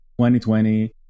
2020